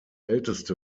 älteste